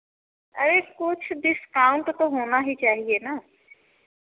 अरे कुछ डिस्काउंट तो होना ही चाहिए ना